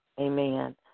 Amen